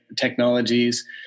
technologies